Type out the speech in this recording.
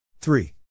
three